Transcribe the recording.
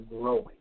growing